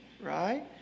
right